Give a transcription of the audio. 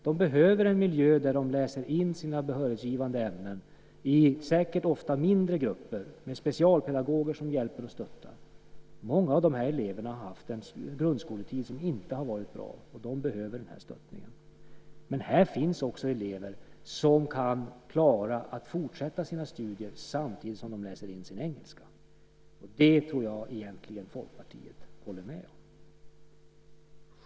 De behöver en miljö där de läser in sina behörighetsgivande ämnen, säkert ofta i mindre grupper med specialpedagoger som hjälper och stöttar. Många av de eleverna har haft en grundskoletid som inte har varit bra. De behöver den här stöttningen. Men här finns också elever som kan klara att fortsätta sina studier samtidigt som de läser in sin engelska. Det tror jag att Folkpartiet egentligen håller med om.